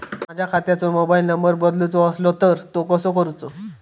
माझ्या खात्याचो mobile number बदलुचो असलो तर तो कसो करूचो?